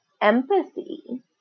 empathy